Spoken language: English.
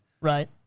Right